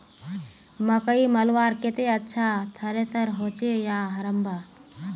मकई मलवार केते अच्छा थरेसर होचे या हरम्बा?